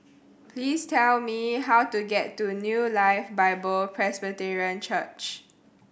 please tell me how to get to New Life Bible Presbyterian Church